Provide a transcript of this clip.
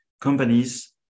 companies